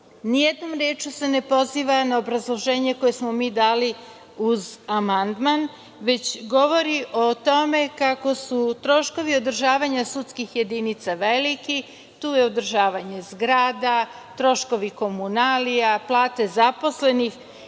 Ni jednom rečju se ne poziva na obrazloženje koje smo mi dali uz amandman, već govori o tome kako su troškovi održavanja sudskih jedinica veliki, tu je održavanje zagrada, troškovi komunalija, plate zaposlenih